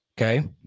Okay